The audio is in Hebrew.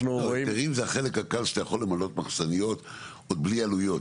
ההיתרים זה החלק הקל שאתה יכול למלא מחסניות עוד בלי עלויות,